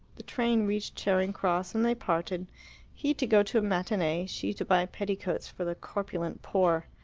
the train reached charing cross, and they parted he to go to a matinee, she to buy petticoats for the corpulent poor.